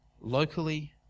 locally